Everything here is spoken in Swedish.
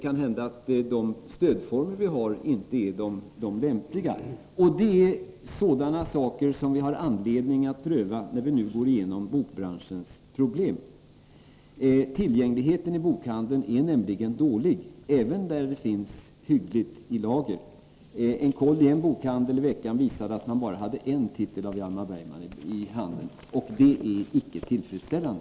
Kanske de stödformer vi har inte är lämpliga? Sådana saker har vi anledning att pröva när vi nu går igenom bokbranschens problem. Tillgängligheten i bokhandeln är nämligen dålig även där det finns hyggligt i lager. En koll i en bokhandel i veckan visade att man bara hade en titel av Hjalmar Bergman i handeln, och det är icke tillfredsställande.